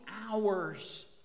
hours